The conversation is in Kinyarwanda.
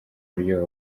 uburyo